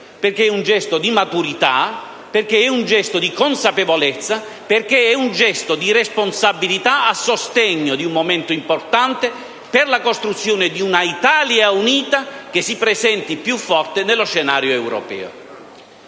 di un gesto di maturità e di consapevolezza: un gesto di responsabilità a sostegno di un momento importante per la costruzione di un'Italia unita che si presenti più forte nello scenario europeo.